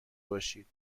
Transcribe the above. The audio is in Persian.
باشید